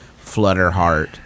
Flutterheart